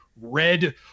red